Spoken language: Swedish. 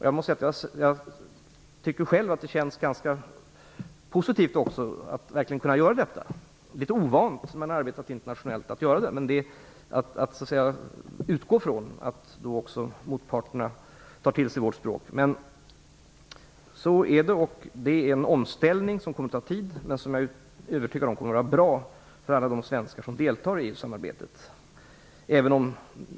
Jag tycker själv att det känns ganska positivt att verkligen kunna göra detta. Det är litet ovant att utgå från att motparterna tar till sig vårt språk när vi arbetar internationellt. Men så är det. Det är en omställning som kommer att ta tid, men jag är övertygad om att det kommer att vara bra för alla de svenskar som deltar i samarbetet.